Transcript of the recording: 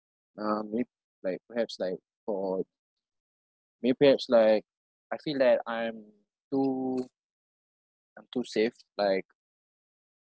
uh mayb~ like perhaps like for maybe perhaps like I feel that I am too I'm too safe like